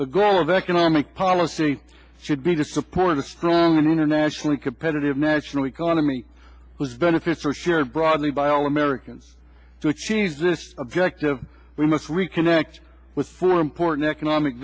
the goal of economic policy should be disappointed a strong and internationally competitive national economy has benefits are shared broadly by all americans to a cheesesteak objective we must reconnect with four important economic